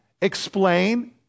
explain